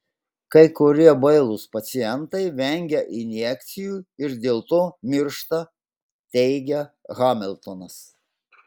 kai kurie bailūs pacientai vengia injekcijų ir dėl to miršta teigia hamiltonas